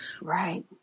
Right